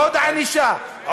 עוד ענישה,